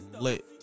lit